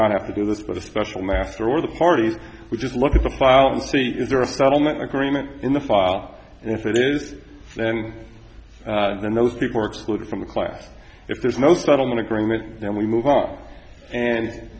not have to do this but a special master or the parties would just look at the file and see is there a settlement agreement in the file and if it is then and then those people are excluded from the class if there's no settlement agreement then we move on and